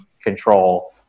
control